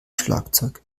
schlagzeug